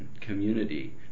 community